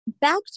back